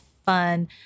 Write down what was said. fun